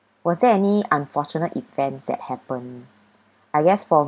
was there any unfortunate events that happen I guess for